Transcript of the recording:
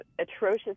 atrocious